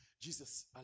Jesus